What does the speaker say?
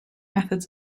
methods